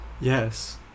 yes